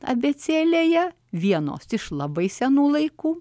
abėcėlėje vienos iš labai senų laikų